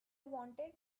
wanted